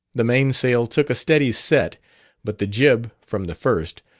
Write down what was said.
the mainsail took a steady set but the jib, from the first,